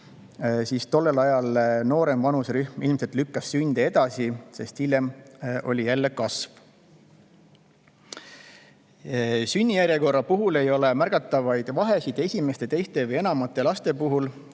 siis tollel ajal lükkas noorem vanuserühm ilmselt sünde edasi, sest hiljem oli jälle [sündimuse] kasv. Sünnijärjekorra puhul ei ole märgatavaid vahesid esimeste, teiste või enamate laste puhul.